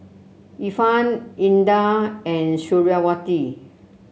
Irfan Indah and Suriawati